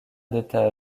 d’état